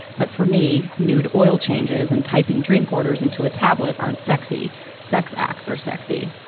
but for me, nude oil changes and typing drink orders into a tablet aren't sexy sex acts are sexy.